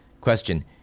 Question